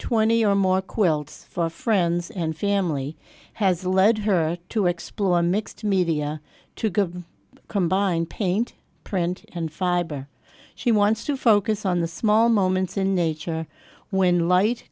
twenty or more quilts for friends and family has led her to explore a mixed media to go combine paint print and fiber she wants to focus on the small moments in nature when light